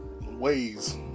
ways